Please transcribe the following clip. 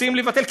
רוצים לבטל.